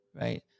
right